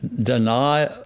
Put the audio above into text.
deny